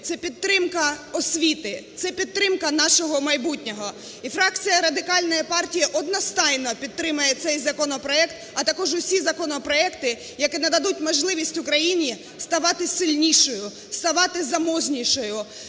це підтримка освіти, це підтримка нашого майбутнього. І фракція Радикальної партії одностайно підтримує цей законопроект, а також усі законопроекти, які нададуть можливість Україні ставати сильнішою, ставати заможнішою,